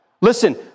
Listen